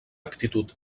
actitud